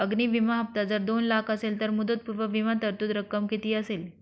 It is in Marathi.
अग्नि विमा हफ्ता जर दोन लाख असेल तर मुदतपूर्व विमा तरतूद रक्कम किती असेल?